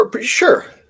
Sure